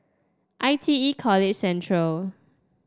I T E College Central